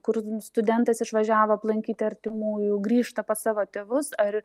kur nu studentas išvažiavo aplankyti artimųjų grįžta pas savo tėvus ar